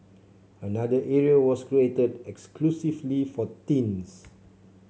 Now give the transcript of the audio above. another area was created exclusively for teens